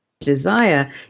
desire